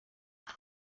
aha